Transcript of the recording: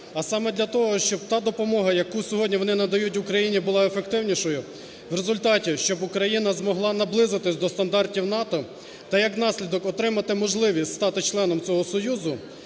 а саме для того, щоб та допомога, яку сьогодні вони надають Україні, була ефективнішою. В результаті, щоб Україна змогла наблизитися до стандартів НАТО так, як наслідок, отримати можливість стати членом цього союзу,